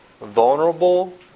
vulnerable